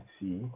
see